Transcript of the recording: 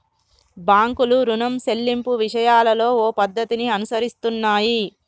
బాంకులు రుణం సెల్లింపు విషయాలలో ఓ పద్ధతిని అనుసరిస్తున్నాయి